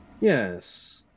Yes